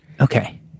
Okay